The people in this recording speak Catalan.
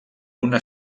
una